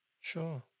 Sure